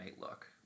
look